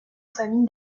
famille